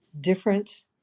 different